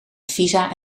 visa